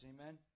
Amen